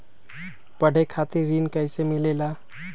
पढे खातीर ऋण कईसे मिले ला?